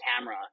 camera